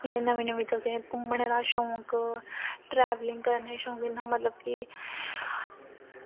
ते नमीं नमीं जगह घुम्मनै दा शौक ट्रैवलिंग करने दा इन्ना शौक मतलब की